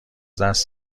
دست